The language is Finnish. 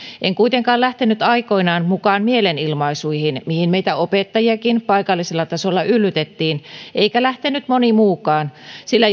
en kuitenkaan lähtenyt aikoinaan mukaan mielenilmaisuihin mihin meitä opettajiakin paikallisella tasolla yllytettiin eikä lähtenyt moni muukaan sillä